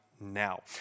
now